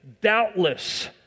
doubtless